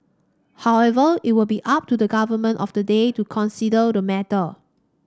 however it will be up to the government of the day to consider the matter